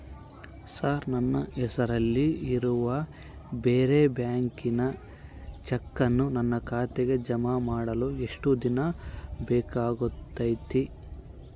Sir ನನ್ನ ಹೆಸರಲ್ಲಿ ಇರುವ ಬೇರೆ ಬ್ಯಾಂಕಿನ ಚೆಕ್ಕನ್ನು ನನ್ನ ಖಾತೆಗೆ ಜಮಾ ಮಾಡಲು ಎಷ್ಟು ದಿನ ಬೇಕಾಗುತೈತಿ?